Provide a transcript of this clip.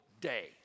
day